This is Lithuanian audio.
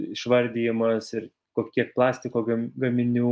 išvardijimas ir kokie plastiko gam gaminių